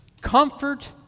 Comfort